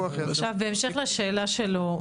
בהמשך לשאלה שלו,